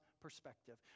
perspective